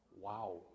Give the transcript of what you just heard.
Wow